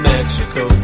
Mexico